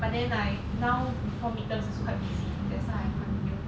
but then like now before midterms also quite busy that's why I continue